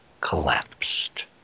collapsed